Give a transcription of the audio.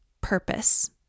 purpose